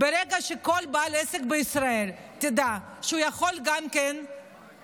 ברגע שכל בעל עסק בישראל ידע שהוא יכול גם לשלם